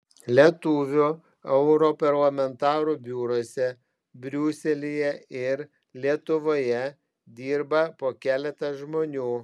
lietuvių europarlamentarų biuruose briuselyje ir lietuvoje dirba po keletą žmonių